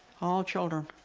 all children,